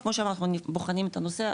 כמו שאמרתי אנחנו בוחנים את הנושא,